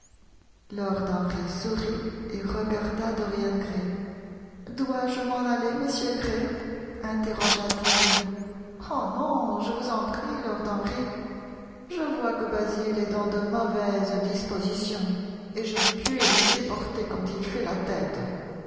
lord henry sourit et regarda dorian gray dois-je m'en aller monsieur gray interrogea-t-il oh non je vous en prie lord henry je vois que basil est dans de mauvaises dispositions et je ne puis le supporter quand il fait la tête